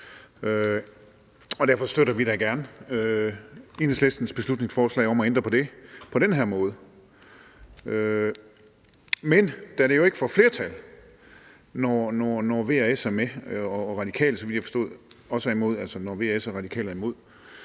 derfor støtter vi da gerne Enhedslistens beslutningsforslag om at ændre på det på den her måde. Men da det jo ikke får flertal, når V og S og også Radikale, så vidt jeg har forstået, er imod, så glæder det mig da,